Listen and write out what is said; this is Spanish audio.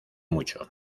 mucho